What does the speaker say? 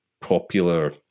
popular